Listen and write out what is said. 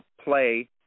play